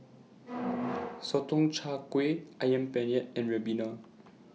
Sotong Char Kway Ayam Penyet and Ribena